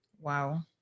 Wow